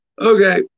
Okay